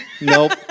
Nope